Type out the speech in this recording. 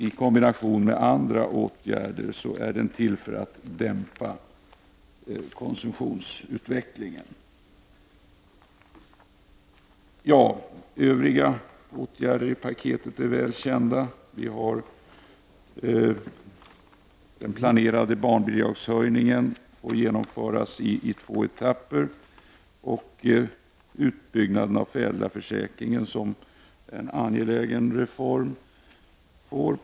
I kombination med andra åtgärder är den till för att dämpa konsumtionsutvecklingen. Övriga åtgärder i paketet är väl kända. Vi har den planerade barnbidragshöjningen. Den bör genomföras i två etapper. Utbyggnaden av föräldraförsäkringen är en angelägen reform.